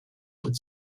would